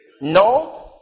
No